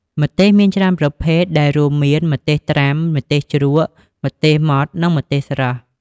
ម្ទេសមានច្រើនប្រភេទ ដែលរួមមាន ម្ទេសត្រាំ ម្ទេសជ្រក់ ម្ទេសម៉ដ្ឋ និងម្ទេសស្រស់។